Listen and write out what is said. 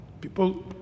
people